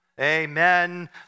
Amen